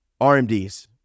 RMDs